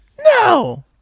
No